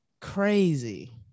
Crazy